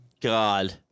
God